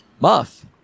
Muff